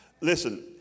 Listen